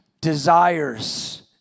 desires